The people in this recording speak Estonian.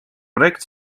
projekt